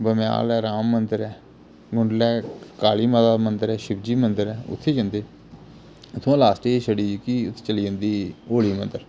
बमयाल ऐ राम मंदर ऐ मुं'डलै काली माता दा मंदर ऐ शिव जी मंदर ऐ उत्थै जंदे उत्थुआं लास्ट च छड़ी जेह्की उत्थै चली जंदी होली मंदर